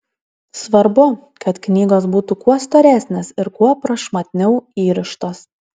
svarbu kad knygos būtų kuo storesnės ir kuo prašmatniau įrištos